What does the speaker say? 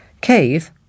Cave